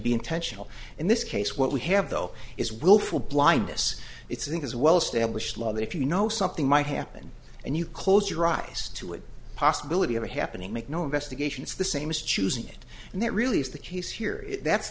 be intentional in this case what we have though is willful blindness it's in his well established law that if you know something might happen and you close your eyes to a possibility of a happening make no investigation it's the same as choosing it and that really is the case here that's